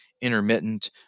intermittent